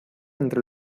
entre